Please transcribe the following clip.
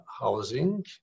housing